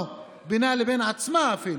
או אפילו בינה לבין עצמה,